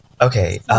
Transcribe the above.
Okay